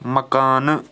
مکانہٕ